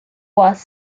was